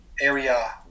area